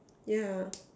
yeah